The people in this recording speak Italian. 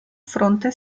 fronte